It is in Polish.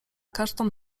kasztan